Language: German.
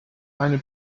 eine